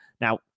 Now